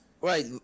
Right